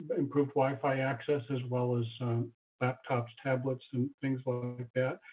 improved wi-fi access as well as laptops, tablets, and things like that.